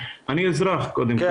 חסן, אנחנו